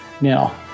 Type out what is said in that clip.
Now